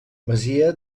masia